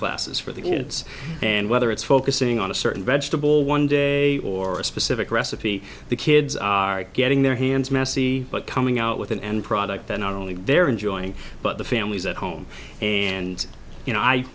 classes for the kids and whether it's focusing on a certain vegetable one day or a specific recipe the kids are getting their hands messy but coming out with an end product that not only they're enjoying but the families at home and you know i